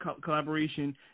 collaboration